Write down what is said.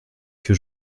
que